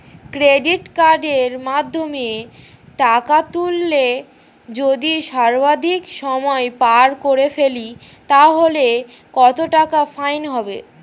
Credit কার্ডের মাধ্যমে টাকা তুললে যদি সর্বাধিক সময় পার করে ফেলি তাহলে কত টাকা ফাইন হবে?